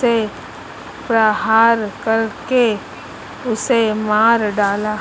से प्रहार करके उसे मार डाला